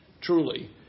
truly